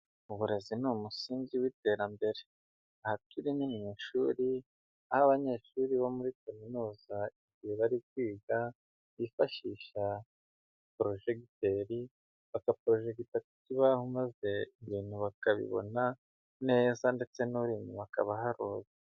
Uburezi ni umusingi w'iterambere, aha turi ni mu ishuri aho abanyeshuri bo muri kaminuza igihe bari kwiga bifashisha porojegiteri bagaporojegita ku kibaho maze ibintu bakabibona neza ndetse n'uri inyuma akaba aharuzi.